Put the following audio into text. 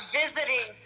visiting